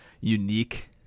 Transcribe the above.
unique